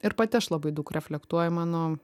ir pati aš labai daug reflektuoju mano